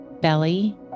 Belly